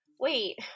wait